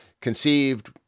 conceived